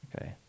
okay